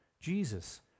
Jesus